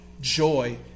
joy